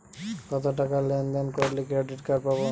কতটাকা লেনদেন করলে ক্রেডিট কার্ড পাব?